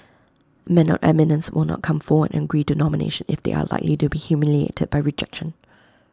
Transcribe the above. men of eminence will not come forward and agree to nomination if they are likely to be humiliated by rejection